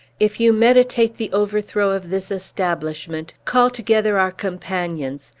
if you meditate the overthrow of this establishment, call together our companions,